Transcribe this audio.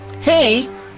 Hey